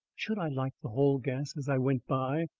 should i light the hall gas as i went by?